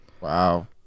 Wow